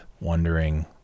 wondering